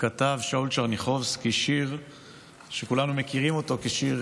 כתב שאול טשרניחובסקי שיר שכולנו מכירים כשיר